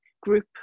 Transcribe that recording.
group